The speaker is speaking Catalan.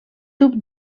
tub